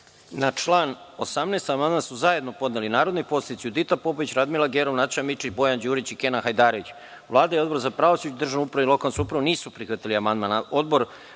član 18. amandman su zajedno podneli narodni poslanici Judita Popović, Radmila Gerov, Nataša Mićić, Bojan Đurić i Kenan Hajdarević. Vlada i Odbor za pravosuđe, državnu upravu i lokalnu samoupravu nisu prihvatili amandman. Odbor